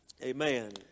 Amen